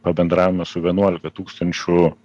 pabendravome su vienuolika tūkstančių